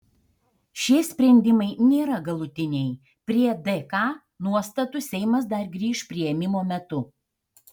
šie sprendimai nėra galutiniai prie dk nuostatų seimas dar grįš priėmimo metu